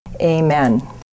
Amen